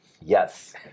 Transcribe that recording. Yes